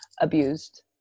abused